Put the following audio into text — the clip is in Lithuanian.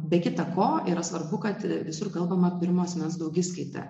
be kita ko yra svarbu kad visur kalbama pirmo asmens daugiskaita